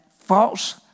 false